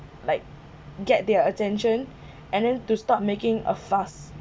like get their attention and then to stop making a fuss